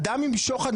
אדם עם שוחד,